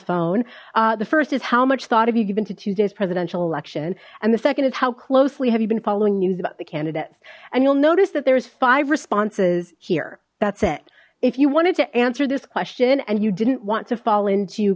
phone the first is how much thought of you given to tuesday's presidential election and the second is how closely have you been following news about the candidates and you'll notice that there's five responses here that's it if you wanted to answer this question and you didn't want to fall into